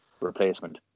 replacement